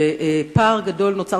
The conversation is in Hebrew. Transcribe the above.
ופער גדול נוצר.